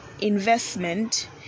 investment